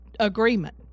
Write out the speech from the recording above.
agreement